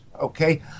Okay